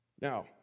Now